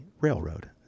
railroad